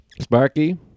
Sparky